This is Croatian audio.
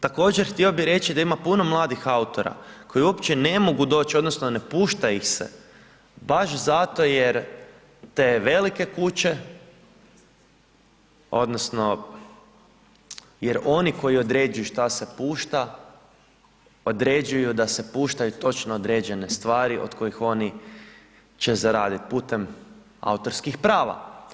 Također htio bih reći da ima puno mladih autora koji uopće ne mogu doći odnosno ne pušta ih se baš zato jer te velike kuće odnosno jer oni koji određuju šta se pušta određuju da se puštaju točno određene stvari od kojih oni će zaraditi putem autorskih prava.